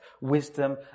wisdom